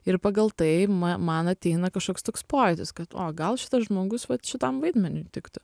ir pagal tai man ateina kažkoks toks pojūtis kad o gal šitas žmogus vat šitam vaidmeniui tiktų